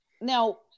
now